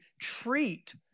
treat